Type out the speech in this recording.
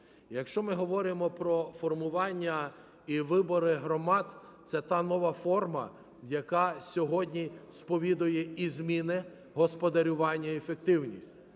Якщо ми говоримо про формування і вибори громад – це та нова форма, яка сьогодні сповідує і зміни, господарювання, ефективність.